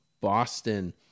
boston